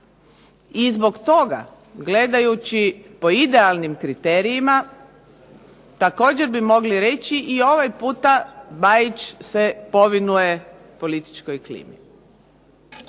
I zbog toga gledajući po idealnim kriterijima također bi mogli reći i ovaj puta Bajić se povinuje političkoj klimi.